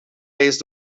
reis